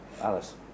Alice